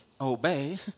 obey